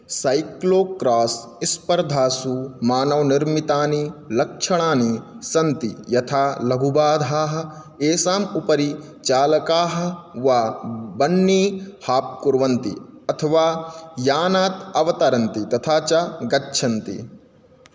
cyclocross स्पर्धासु मानवनिर्मितानि लक्षणानि सन्ति यथा लघुबाधाः येषाम् उपरि चालकाः वा बन्नी हाप् कुर्वन्ति अथवा यानात् अवतरन्ति तथा च गच्छन्ति